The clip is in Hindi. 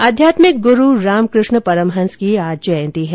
आध्यात्मिक गुरू स्वामी रामकृष्ण परमहंस की आज जयंती है